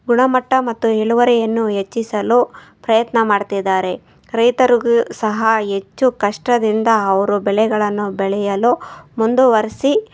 ಗುಣಮಟ್ಟ ಮತ್ತು ಇಳುವರಿಯನ್ನು ಹೆಚ್ಚಿಸಲು ಪ್ರಯತ್ನ ಮಾಡ್ತಿದ್ದಾರೆ ರೈತರಿಗೂ ಸಹ ಹೆಚ್ಚು ಕಷ್ಟದಿಂದ ಅವರು ಬೆಳೆಗಳನ್ನು ಬೆಳೆಯಲು ಮುಂದುವರೆಸಿ